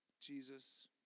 Jesus